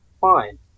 fine